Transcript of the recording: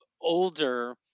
older